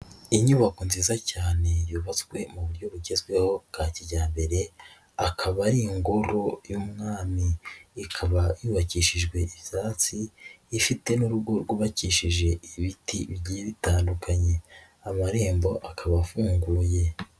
Inyubako nziza cyane yubatswe mu buryo bugezweho bwa kijyambere, akaba ari ingoro y'umwami, ikaba yubakishijwe ibyatsi, ifite n'urugo rwubakishije ibiti bigiye bitandukanye. Amarembo akaba afunguye.